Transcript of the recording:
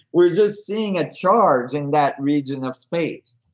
we're just seeing a charge in that region of space.